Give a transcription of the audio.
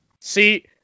See